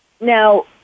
Now